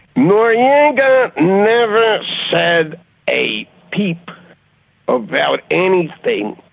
noriega never said a peep about anything.